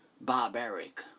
barbaric